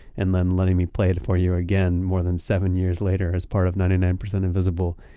and then letting me play it for you again more than seven years later as part of ninety nine percent invisible.